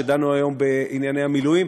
שדנו היום בענייני המילואים,